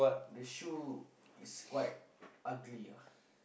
the shoe is quite ugly lah